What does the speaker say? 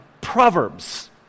Proverbs